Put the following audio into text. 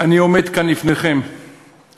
אני עומד כאן לפניכם ומבקש